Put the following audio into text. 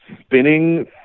spinning